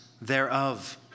thereof